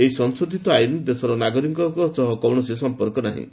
ଏହି ସଂଶୋଧିତ ଆଇନର ଦେଶର ନାଗରିକଙ୍କ ସହ କୌଣସି ସମ୍ପର୍କ ନାହିଁ